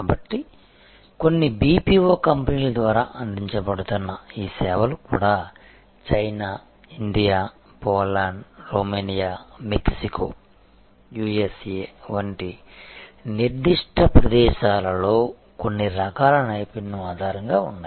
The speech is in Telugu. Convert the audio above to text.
కాబట్టి ఇప్పుడు కొన్ని BPO కంపెనీల ద్వారా అందించబడుతున్న ఈ సేవలు కూడా China India Poland Romania Mexico USA వంటి నిర్దిష్ట ప్రదేశాలలో కొన్ని రకాల నైపుణ్యం ఆధారంగా ఉన్నాయి